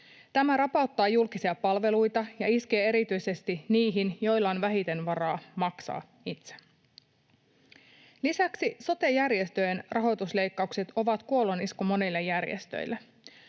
Tämä rapauttaa julkisia palveluita ja iskee erityisesti niihin, joilla on vähiten varaa maksaa itse. Lisäksi sote-järjestöjen rahoitusleikkaukset ovat kuolonisku monille järjestöille